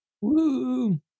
Woo